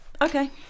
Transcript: Okay